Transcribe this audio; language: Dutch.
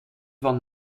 van